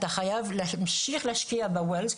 אתה חייב להמשיך להשקיע ב-ואלס,